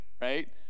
right